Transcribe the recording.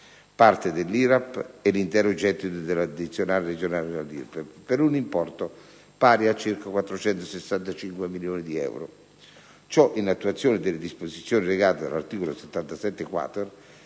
(parte dell'IRAP e l'intero gettito dell'addizionale regionale all'IRPEF) per un importo pari a circa 465 milioni di euro. Ciò in attuazione delle disposizioni recate dall'articolo